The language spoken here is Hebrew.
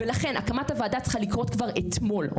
לכן הקמת הוועדה צריכה לקרות כבר אתמול.